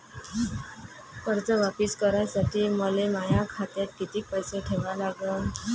कर्ज वापिस करासाठी मले माया खात्यात कितीक पैसे ठेवा लागन?